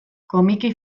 komiki